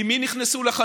עם מי הם נכנסו לחנות,